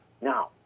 Now